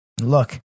look